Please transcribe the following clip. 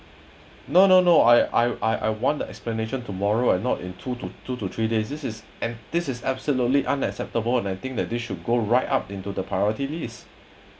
no no no I I I want the explanation tomorrow and not in two two to three days this is and this is absolutely unacceptable and I think that this should go right up into the priority list